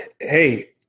Hey